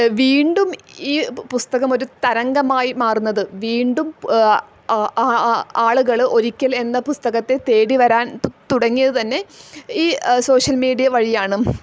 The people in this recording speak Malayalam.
വീണ്ടും ഈ പുസ്തകമൊരു തരംഗമായി മാറുന്നത് വീണ്ടും ആളുകൾ ഒരിക്കൽ എന്ന പുസ്തകത്തെ തേടി വരാൻ തുടങ്ങിയത് തന്നെ ഈ സോഷ്യൽ മീഡിയ വഴിയാണ്